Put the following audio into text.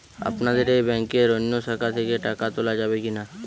আপনাদের এই ব্যাংকের অন্য শাখা থেকে টাকা তোলা যাবে কি না?